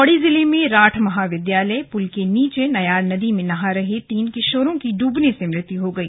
पौड़ी जिले में राठ महाविद्यालय पुल के नीचे नयार नदी में नहा रहे तीन किशोरों की डूबने से मौत हो गई